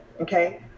Okay